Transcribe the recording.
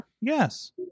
Yes